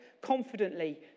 confidently